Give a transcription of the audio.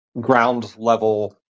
ground-level